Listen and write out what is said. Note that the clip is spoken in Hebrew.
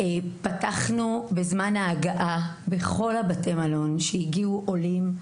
פתחתנו בזמן ההגעה, בכל בתי המלון שהגיעו עולים,